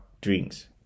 drinks